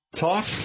Talk